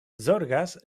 zorgas